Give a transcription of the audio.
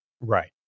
Right